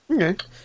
Okay